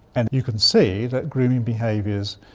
and you can see that grooming behaviours,